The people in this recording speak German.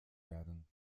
werden